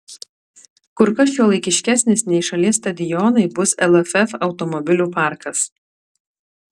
kur kas šiuolaikiškesnis nei šalies stadionai bus lff automobilių parkas